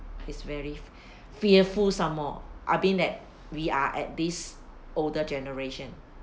it's very fearful some more I mean that we are at this older generation